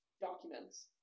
documents